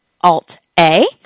Alt-A